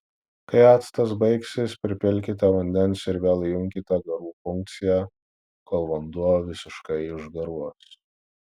kai actas baigsis pripilkite vandens ir vėl įjunkite garų funkciją kol vanduo visiškai išgaruos